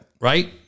Right